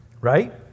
right